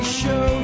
show